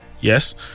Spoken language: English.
yes